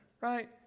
right